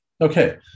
Okay